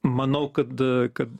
manau kad kad